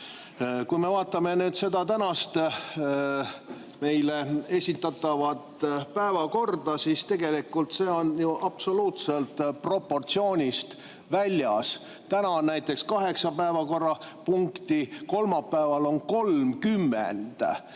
Kui me vaatame seda täna meile esitatud päevakorda, siis tegelikult see on ju absoluutselt proportsioonist väljas. Täna on näiteks kaheksa päevakorrapunkti, kolmapäeval on 30.